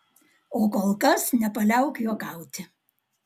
o kol kas nepaliauk juokauti